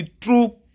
true